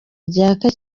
ryaka